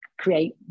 create